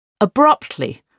Abruptly